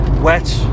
Wet